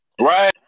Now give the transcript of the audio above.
Right